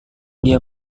dia